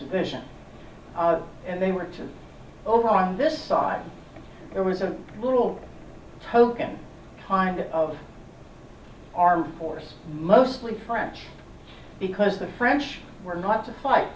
division and they were two over on this side and it was a little token kind of armed force mostly french because the french were not to fight